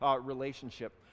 relationship